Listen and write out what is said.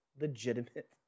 legitimate